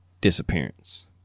disappearance